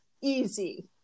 easy